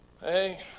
Hey